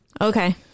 Okay